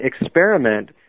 experiment